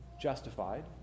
justified